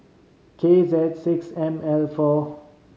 K Z six M L four